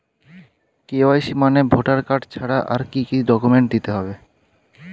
KYC মানে voter card ছাড়া আর কি কি ডকুমেন্ট দিতে হবে?